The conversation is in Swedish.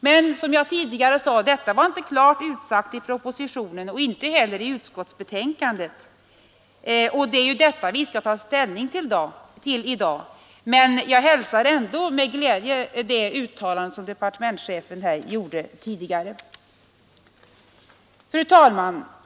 Men detta var, som jag tidigare sade, inte klart utsagt i propositionen och inte heller i utskottsbetänkandet — och det är det som står där vi skall ta ställning till i dag. Jag hälsar emellertid ändå med glädje det uttalande som departementschefen gjorde inför kammaren tidigare. Fru talman!